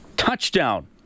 touchdown